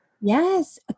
yes